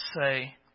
say